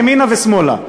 ימינה ושמאלה.